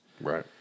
Right